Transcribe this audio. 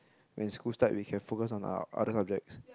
when school start we can focus on our other subjects